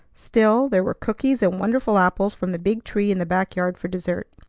still, there were cookies and wonderful apples from the big tree in the back yard for dessert.